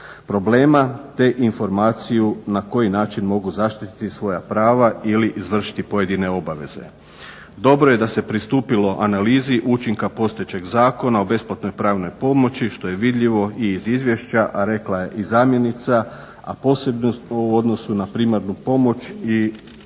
problema te informaciju na koji način mogu zaštititi svoja prava ili izvršiti pojedine obaveze. Dobro je da se pristupilo analizi učinka postojećeg zakona o besplatnoj pravnoj pomoći što je vidljivo i iz izvješća, a rekla je i zamjenica a posebno u odnosu na primarnu pomoć i na